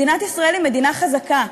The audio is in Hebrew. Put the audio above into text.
מדינת ישראל היא מדינה חזקה,